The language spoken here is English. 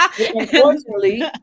unfortunately